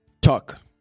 talk